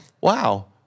wow